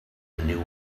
new